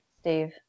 Steve